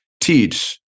teach